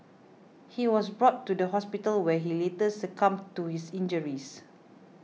he was brought to the hospital where he later succumbed to his injuries